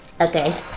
Okay